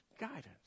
guidance